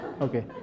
Okay